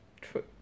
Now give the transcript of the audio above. true